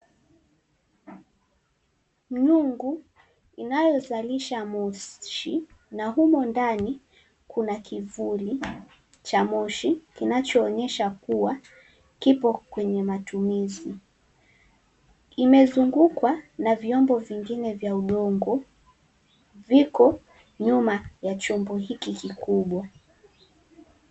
Nyungu inayozalisha moshi na humo ndani kuna kivuli cha moshi kinachoonyesha kuwa kipo kwenye matumizi. Imezungukwa na vyombo vingine vya udongo, viko nyuma ya chombo hiki kikubwa.